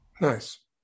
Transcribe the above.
nice